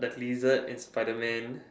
the lizard in Spiderman